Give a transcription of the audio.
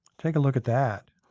take a look at that.